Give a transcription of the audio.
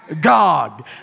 God